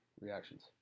reactions